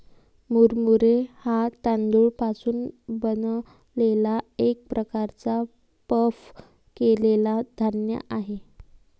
मुरमुरे हा तांदूळ पासून बनलेला एक प्रकारचा पफ केलेला धान्य आहे